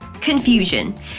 confusion